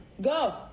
Go